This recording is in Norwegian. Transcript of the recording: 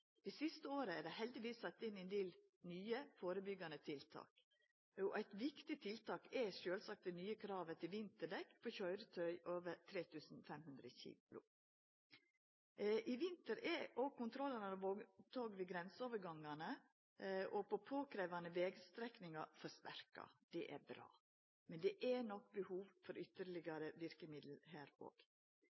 siste året er det heldigvis sett inn ein del nye, førebyggjande tiltak. Eit viktig tiltak er sjølvsagt det nye kravet om vinterdekk for køyretøy over 3 500 kg. Denne vinteren er òg kontrollen av vogntog ved grenseovergangane og på krevjande vegstrekningar forsterka. Det er bra, men det er nok behov for ytterlegare verkemiddel her